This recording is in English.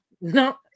no